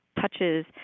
touches